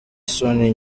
isoni